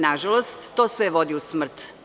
Nažalost, to sve vodi u smrt.